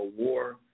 Awar